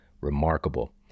remarkable